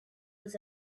was